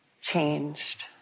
changed